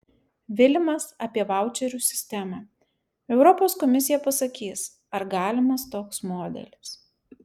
vilimas apie vaučerių sistemą europos komisija pasakys ar galimas toks modelis